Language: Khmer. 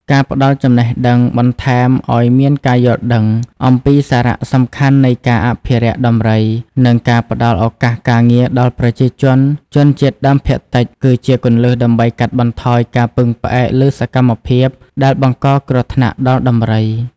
ការផ្តល់ចំណេះដឹងបន្ថែមឲ្យមានការយល់ដឹងអំពីសារៈសំខាន់នៃការអភិរក្សដំរី និងការផ្តល់ឱកាសការងារដល់ប្រជាជនជនជាតិដើមភាគតិច គឺជាគន្លឹះដើម្បីកាត់បន្ថយការពឹងផ្អែកលើសកម្មភាពដែលបង្កគ្រោះថ្នាក់ដល់ដំរី។